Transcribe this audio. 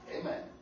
Amen